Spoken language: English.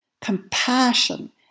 compassion